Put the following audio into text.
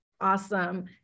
Awesome